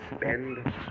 spend